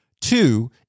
Two